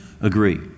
agree